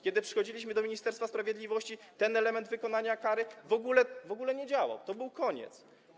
Kiedy przychodziliśmy do Ministerstwa Sprawiedliwości, ten element wykonania kary w ogóle nie działał, to był koniec.